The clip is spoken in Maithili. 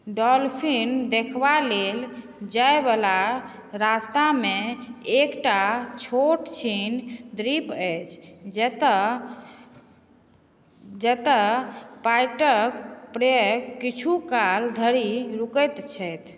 डॉल्फिन देखबा लेल जायवला रस्तामे एकटा छोट छीन द्वीप अछि जतय पर्यटक प्रायः किछुकाल धरि रुकैत छथि